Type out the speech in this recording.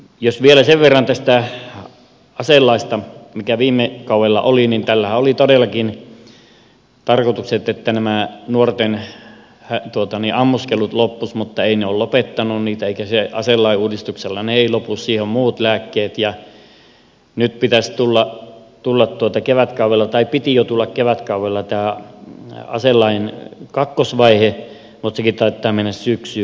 jos vielä sen verran tästä aselaista mikä viime kaudella oli niin tällähän oli todellakin tarkoitus että nämä nuorten ammuskelut loppuisivat mutta eivät ne ole lopettaneet niitä ja aselain uudistuksella ne eivät lopu siihen on muut lääkkeet ja nyt piti jo tulla kevätkaudella tämä aselain kakkosvaihe mutta sekin taitaa mennä syksyyn